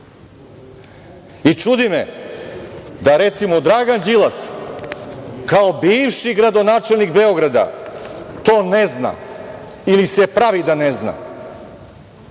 me da, recimo, Dragan Đilas, kao bivši gradonačelnik Beograda, to ne zna ili se pravi da ne zna